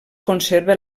conserva